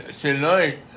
tonight